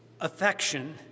affection